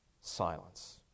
silence